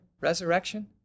resurrection